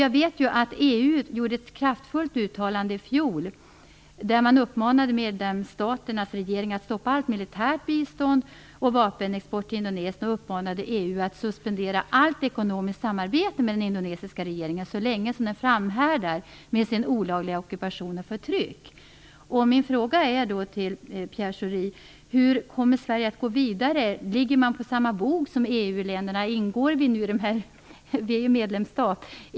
Jag vet att EU gjorde ett kraftfullt uttalande i fjol där man uppmanade medlemsstaternas regeringar att stoppa allt militärt bistånd och vapenexporten till Indonesien. EU-länderna uppmanades att suspendera allt ekonomiskt samarbete med den indonesiska regeringen så länge den framhärdar med sin olagliga ockupation och sitt förtryck. Mina frågor till Pierre Schori är: Hur kommer Sverige att gå vidare? Ligger vi på samma bog som de övriga EU-länderna?